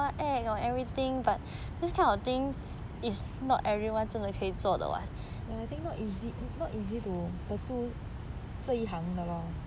ya I think not not easy to pursue 这一行的 loh